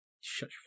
Shut